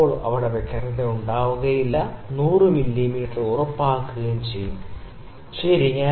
ചിലപ്പോൾ വക്രത ഇല്ല ചില സമയങ്ങളിൽ ഇത് 100 മീറ്ററും ഉറപ്പാക്കാം ശരി